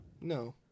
No